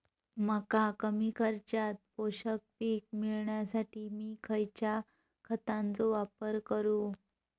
मका कमी खर्चात पोषक पीक मिळण्यासाठी मी खैयच्या खतांचो वापर करू?